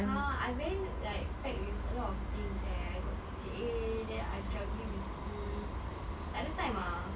!huh! I very like packed with a lot of things eh I got C_C_A I struggling with school takde time ah